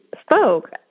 spoke